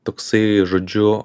toksai žodžiu